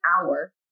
hour